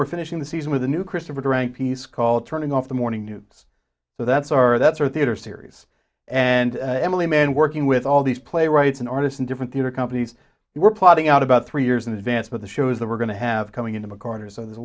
we're finishing the season with a new christopher durang piece called turning off the morning nudes so that's our that's our theater series and emily man working with all these playwrights an artist in different theater companies were plotting out about three years in advance but the shows that we're going to have coming into mccarter so there's a